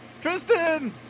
Tristan